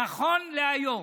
נכון להיום,